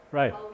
right